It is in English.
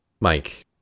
Mike